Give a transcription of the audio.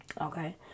Okay